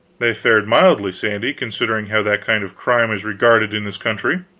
they fared mildly, sandy, considering how that kind of crime is regarded in this country.